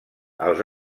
els